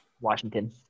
Washington